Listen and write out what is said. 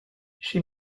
she